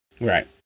Right